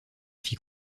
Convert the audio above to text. fit